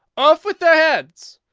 off with their heads!